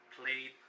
played